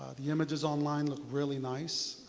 the images online look really nice.